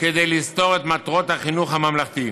כדי לסתור את מטרות החינוך הממלכתי.